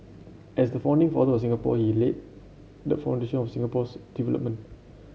as the founding father of Singapore he laid the foundation for Singapore's development